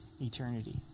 eternity